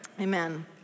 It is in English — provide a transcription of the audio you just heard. Amen